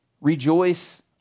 Rejoice